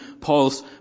Paul's